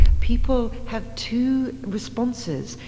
people have two responses.